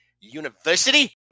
University